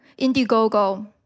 Indiegogo